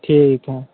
ठीक हइ